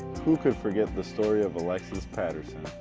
who could forget the story of alexis patterson,